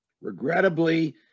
Regrettably